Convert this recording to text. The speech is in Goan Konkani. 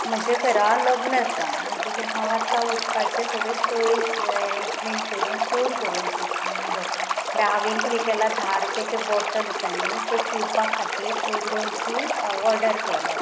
म्हजे घरा लग्न आसा म्हणटकीर हांव आतां उदकाचे सगळे स्टोरेज एरेंजमेंट करून स्टोर करूंक सोद उदक म्हणटा हांवें कितें केला धा रुपयाचें बॉटल आसा न्ही तें पिवपा खातीर एक दोनशी ऑर्डर केल्यात